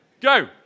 go